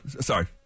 sorry